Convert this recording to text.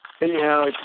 Anyhow